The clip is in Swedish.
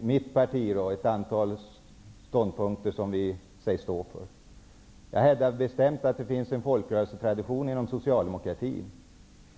mitt parti ett antal ståndpunkter som vi sägs stå för. Jag hävdar bestämt att det finns en folkrörelsetradition inom socialdemokratin.